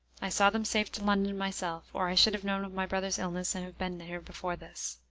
i saw them safe to london myself, or i should have known of my brother's illness and have been here before this.